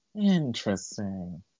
Interesting